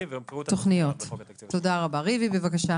אני רוצה